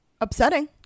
upsetting